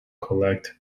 collected